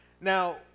Now